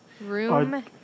Room